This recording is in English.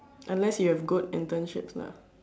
unless you have good internships lah